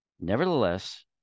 Nevertheless